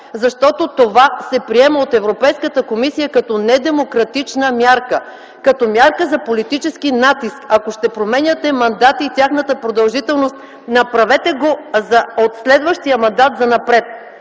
защото това се приема от Европейската комисия като недемократична мярка, като мярка за политически натиск. Ако ще променяте мандати и тяхната продължителност, направете го от следващия мандат занапред”